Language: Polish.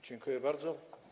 Dziękuję bardzo.